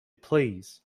pleased